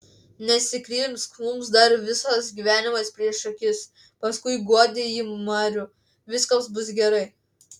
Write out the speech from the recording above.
nesikrimsk mums dar visas gyvenimas prieš akis paskui guodė ji marių viskas bus gerai